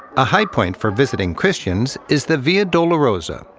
a high point for visiting christians is the via dolorosa,